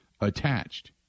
attached